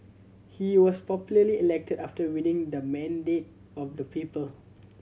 he was popularly elected after winning the mandate of the people